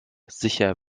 sicher